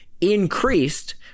increased